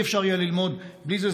לא יהיה אפשר ללמוד בלי זה.